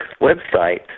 website